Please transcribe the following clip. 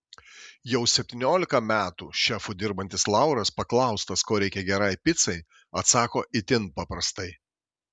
jau septyniolika metų šefu dirbantis lauras paklaustas ko reikia gerai picai atsako itin paprastai